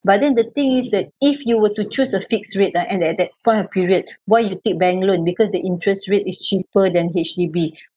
but then the thing is that if you were to choose a fixed rate ah and at that point of period why you take bank loan because the interest rate is cheaper than H_D_B